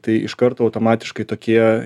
tai iš karto automatiškai tokie